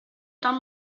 tan